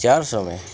چار سو میں